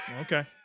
Okay